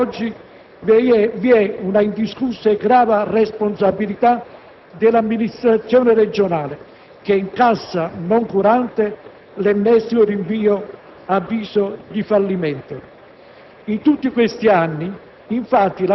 La verità è che, oggi come oggi, vi è una indiscussa e grave responsabilità dell'amministrazione regionale, che incassa, noncurante, l'ennesimo avviso di fallimento.